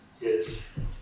Yes